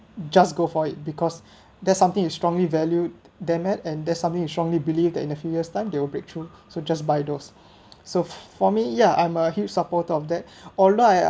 just go for it because there's something is strongly valued dammit and there's something you strongly believe that in a few years time they will break through so just buy those so for me ya I'm a huge supporter of that although I